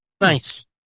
Nice